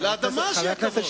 לאדמה שיהיה כבוד.